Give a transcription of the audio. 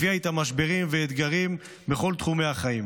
הביאה איתה משברים ואתגרים בכל תחומי החיים,